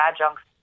adjuncts